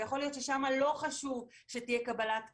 ויכול להיות ששם לא חשוב שתהיה קבלת קהל,